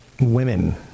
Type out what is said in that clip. women